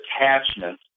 attachment